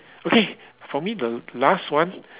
okay for me the last one